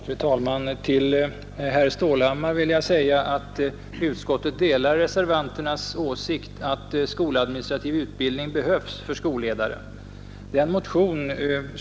Fru talman! Utskottet delar reservanternas åsikt att skoladministrativ utbildning behövs för skolledare, herr Stålhammar.